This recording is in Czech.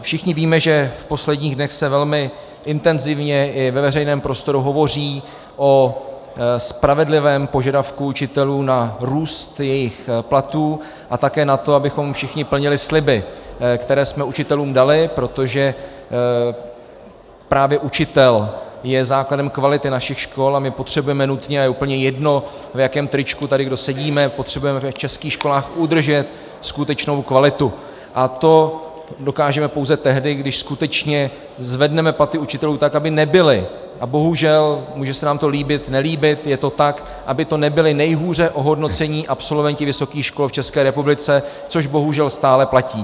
Všichni víme, že v posledních dnech se velmi intenzivně i ve veřejném prostoru hovoří o spravedlivém požadavku učitelů na růst jejich platů a také na to, abychom všichni plnili sliby, které jsme učitelům dali, protože právě učitel je základem kvality našich škol a my potřebujeme nutně, a je úplně jedno, v jakém tričku tady kdo sedíme, potřebujeme v českých školách udržet skutečnou kvalitu, a to dokážeme pouze tehdy, když skutečně zvedneme platy učitelů tak, aby nebyli a bohužel, může se nám to líbit, nelíbit, je to tak, aby to nebyli nejhůře ohodnocení absolventi vysokých škol v České republice, což bohužel stále platí.